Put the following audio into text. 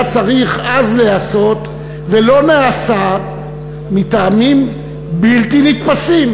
צריך אז להיעשות ולא נעשה מטעמים בלתי נתפסים,